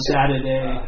Saturday